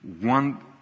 one